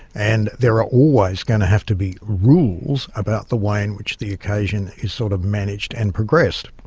and there are always going to have to be rules about the way in which the occasion is sort of managed and progressed.